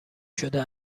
شده